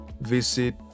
visit